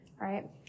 right